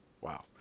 wow